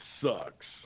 sucks